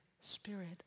Spirit